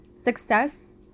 success